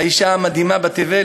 לאישה המדהימה בתבל,